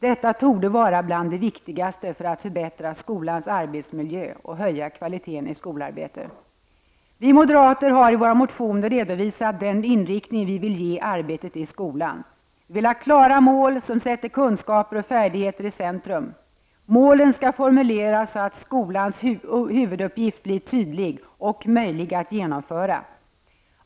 Detta torde vara bland det viktigaste för att förbättra skolans arbetsmiljö och höja kvaliteten i skolarbetet. Vi moderater har i våra motioner redovisat den inriktning vi vill ge arbetet i skolan: Vi vill ha klara mål som sätter kunskaper och färdigheter i centrum. Målen skall formuleras så att skolans huvuduppgift blir tydlig och möjlig att genomföra.